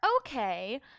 Okay